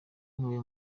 niwo